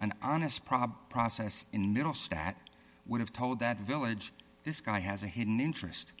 an honest prob process in middle stat i would have told that village this guy has a hidden interest